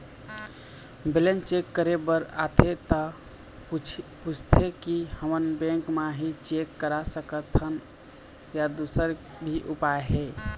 Balance check करे बर आथे ता पूछथें की हमन बैंक मा ही चेक करा सकथन या दुसर भी उपाय हे?